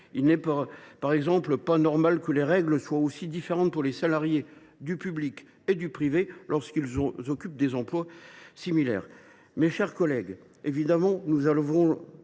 Il n’est pas normal, par exemple, que les règles soient aussi différentes pour les salariés du public et du privé, lorsqu’ils occupent des emplois similaires. Mes chers collègues, nous allons